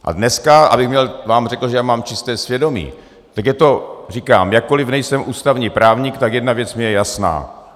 A dneska, abych vám řekl, že mám čisté svědomí, tak je to tak, že jakkoliv nejsem ústavní právník, tak jedna věc je mi jasná.